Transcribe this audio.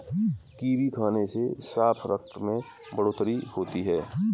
kiwi खाने से साफ रक्त में बढ़ोतरी होती है